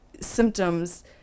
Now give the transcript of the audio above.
symptoms